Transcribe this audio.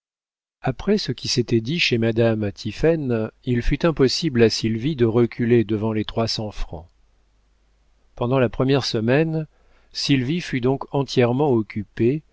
après ce qui s'était dit chez madame tiphaine il fut impossible à sylvie de reculer devant les trois cents francs pendant la première semaine sylvie fut donc entièrement occupée